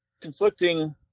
conflicting